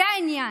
זה העניין.